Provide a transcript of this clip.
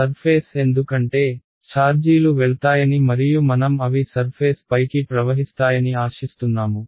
surface ఎందుకంటే ఛార్జీలు వెళ్తాయని మరియు మనం అవి సర్ఫేస్ పైకి ప్రవహిస్తాయని ఆశిస్తున్నాము